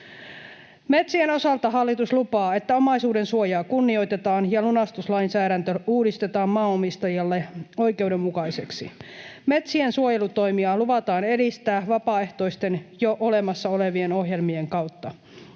Metsien osalta hallitus lupaa, että omaisuudensuojaa kunnioitetaan ja lunastuslainsäädäntö uudistetaan maanomistajalle oikeudenmukaiseksi. Metsien suojelutoimia luvataan edistää vapaaehtoisten, jo olemassa olevien ohjelmien kautta.